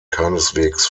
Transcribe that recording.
keineswegs